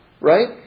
Right